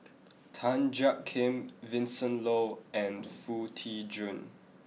Tan Jiak Kim Vincent Leow and Foo Tee Jun